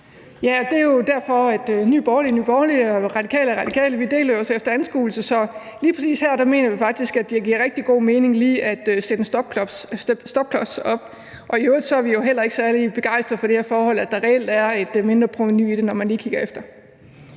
Ja, og det er jo derfor, at Nye Borgerlige er Nye Borgerlige, og at Radikale er Radikale; vi deler os jo efter anskuelse. Så lige præcis her mener vi faktisk, at det giver rigtig god mening lige at sætte en stopklods op. Og i øvrigt er vi jo heller ikke særlig begejstrede for det forhold, at der reelt er et mindreprovenu i det, når man lige kigger efter.